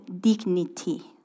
dignity